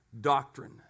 doctrine